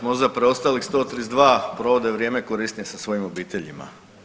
Možda preostalih 132 provode vrijeme korisnije sa svojim obiteljima.